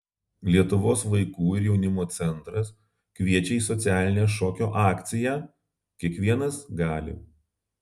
lietuvos vaikų ir jaunimo centras kviečia į socialinę šokio akciją kiekvienas gali